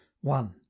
one